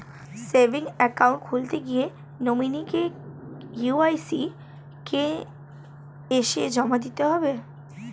Savings account খুলতে KYC নমিনি কে.ওয়াই.সি কি এসে জমা দিতে হবে?